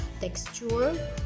texture